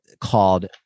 called